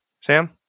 sam